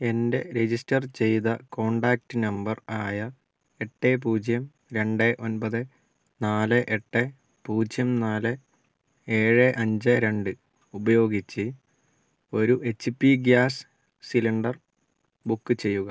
എൻ്റെ രജിസ്റ്റർ ചെയ്ത contact number ആയ എട്ട് പൂജ്യം രണ്ട് ഒൻപത് നാല് എട്ട് പൂജ്യം നാല് ഏഴ് അഞ്ച് രണ്ട് ഉപയോഗിച്ച് ഒരു H P gas cylinder book ചെയ്യുക